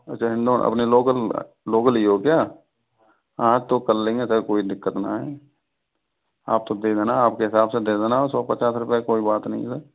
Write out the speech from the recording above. अच्छा इंदौर अपने local local ही हो क्या हाँ तो कर लेंगे सर कोई दिक्कत ना है आप तो दे देना आप के हिसाब से दे देना सौ पचास रुपये कोई बात नहीं है